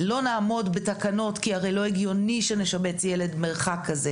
ולא נעמוד בתקנות כי הרי לא הגיוני שנשבץ ילד במרחק כזה